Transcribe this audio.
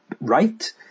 right